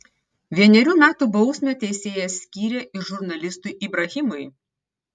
vienerių metų bausmę teisėjas skyrė ir žurnalistui ibrahimui